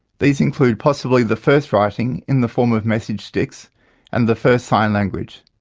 these include possibly the first writing in the form of message sticks and the first sign language.